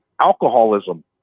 alcoholism